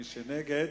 מי שנגד,